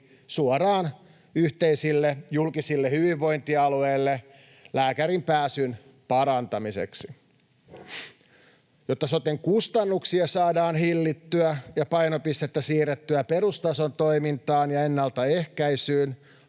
suoraan yhteisille julkisille hyvinvointialueille lääkäriinpääsyn parantamiseksi. Jotta soten kustannuksia saadaan hillittyä ja painopistettä siirrettyä perustason toimintaan ja ennaltaehkäisyyn,